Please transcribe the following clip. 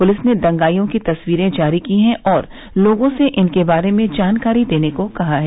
police ने दंगाइयों की तस्वीरें जारी की हैं और लोगों से इनके बारे में जानकारी देने को कहा है